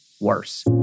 worse